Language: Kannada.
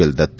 ಎಲ್ ದತ್ತು